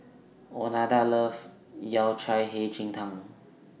Oneida loves Yao Cai Hei Ji Tang